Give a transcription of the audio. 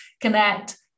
connect